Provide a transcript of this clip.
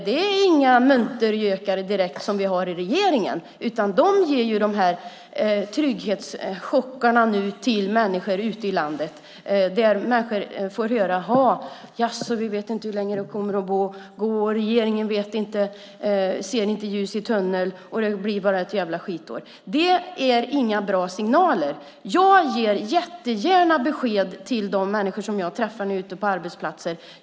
Det är inga muntergökar direkt som vi har i regeringen, utan de ger de här trygghetschockarna till människor ute i landet. Människor blir oroliga och säger: Jaså, man vet inte hur länge det kommer att pågå. Regeringen ser inte ljus i tunneln, och det blir bara ett djävla skitår. Det är inga bra signaler. Jag ger jättegärna besked till de människor jag träffar ute på arbetsplatser.